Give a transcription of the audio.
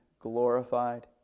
glorified